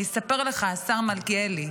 אני אספר לך, השר מלכיאלי,